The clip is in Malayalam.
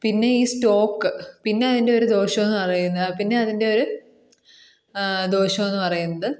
പിന്നെ ഈ സ്റ്റോക്ക് പിന്നെ അതിൻ്റെ ഒരു ദോഷം എന്ന് പറയുന്നത് പിന്നെ അതിൻ്റെ ഒരു ദോഷം എന്ന് പറയുന്നത്